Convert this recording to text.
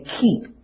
keep